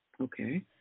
Okay